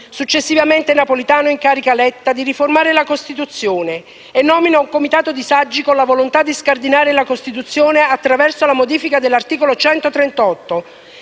Successivamente, Napolitano incarica Letta di riformare la Costituzione e nomina un comitato di saggi con la volontà di scardinare la Costituzione attraverso la modifica dell'articolo 138.